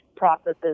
processes